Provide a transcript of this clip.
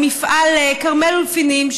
במפעל כרמל אולפינים,